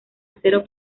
acero